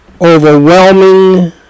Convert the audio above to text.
overwhelming